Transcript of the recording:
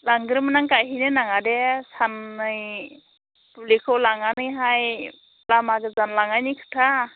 लांग्रोमोना गायहैनो नाङा दे साननै फुलिखौ लांनानैहाय लामा गोजान लांनायनि खोथा